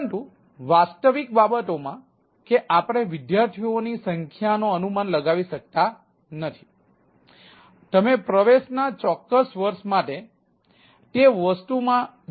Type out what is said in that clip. પરંતુ વાસ્તવિક બાબતોમાં કે આપણે વિદ્યાર્થીઓની સંખ્યાનો અનુમાન લગાવી શકતા નથી તમે પ્રવેશના ચોક્કસ વર્ષ માટે તે વસ્તુમાં જોડાઈ શકતા નથી